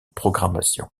programmation